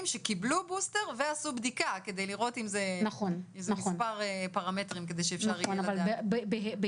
שקיבלו בוסטר ועשו בדיקה כדי לראות מספר פרמטרים כדי שאפשר יהיה לדעת.